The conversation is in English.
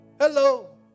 Hello